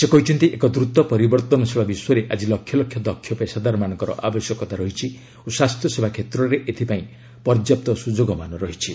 ସେ କହିଛନ୍ତି ଏକ ଦ୍ରତ ପରିବର୍ତ୍ତନଶୀଳ ବିଶ୍ୱରେ ଆଜି ଲକ୍ଷଲକ୍ଷ ଦକ୍ଷ ପେଶାଦାରମାନଙ୍କର ଆବଶ୍ୟକତା ରହିଛି ଓ ସ୍ୱାସ୍ଥ୍ୟସେବା କ୍ଷେତ୍ରରେ ଏଥିପାଇଁ ପର୍ଯ୍ୟାପ୍ତ ସୁଯୋଗମାନ ରହିଛି